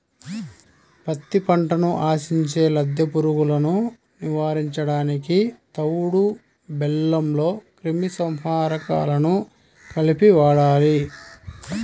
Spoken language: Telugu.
పత్తి పంటను ఆశించే లద్దె పురుగులను నివారించడానికి తవుడు బెల్లంలో క్రిమి సంహారకాలను కలిపి వాడాలి